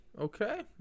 Okay